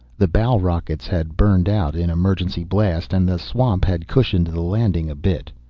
the bow rockets had burned out in emergency blast, and the swamp had cushioned the landing a bit.